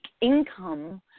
income